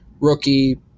rookie